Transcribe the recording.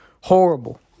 horrible